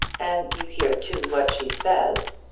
and you hear, too, what she says.